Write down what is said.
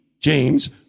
James